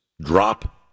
drop